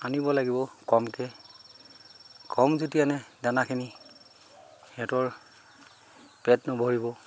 আনিব লাগিব কমকৈ কম যেতিয়া আনে দানাখিনি সিহঁতৰ পেট নভৰিব